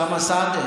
אוסאמה סעדי,